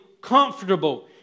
comfortable